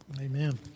Amen